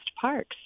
parks